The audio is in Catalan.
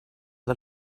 del